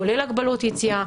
כולל הגבלות יציאה,